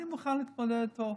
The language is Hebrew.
אני מוכן להתמודד איתו.